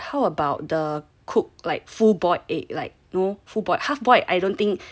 but how about the cooked like full boiled egg like no full boiled half boiled I don't think maybe it's also quite dangerous lah